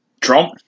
Trump